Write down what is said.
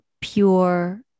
pure